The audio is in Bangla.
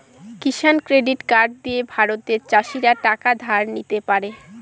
কিষান ক্রেডিট কার্ড দিয়ে ভারতের চাষীরা টাকা ধার নিতে পারে